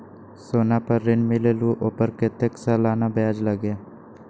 सोना पर ऋण मिलेलु ओपर कतेक के सालाना ब्याज लगे?